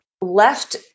left